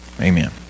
Amen